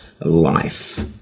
life